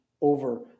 over